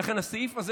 ולכן הסעיף הזה,